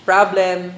Problem